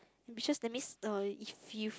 ambitious that means uh if you